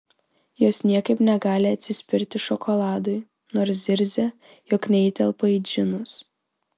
jos niekaip negali atsispirti šokoladui nors zirzia jog neįtelpa į džinus